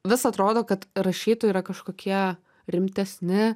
vis atrodo kad rašytojai yra kažkokie rimtesni